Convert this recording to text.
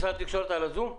משרד התקשורת על הזום?